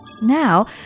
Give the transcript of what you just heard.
Now